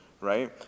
right